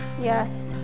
yes